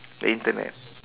the Internet